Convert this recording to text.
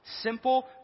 simple